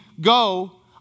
go